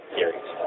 series